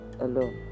alone